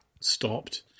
stopped